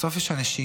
בסוף יש אנשים,